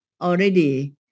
already